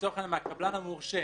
לצורך העניין מהקבלן המורשה,